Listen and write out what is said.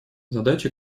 задачи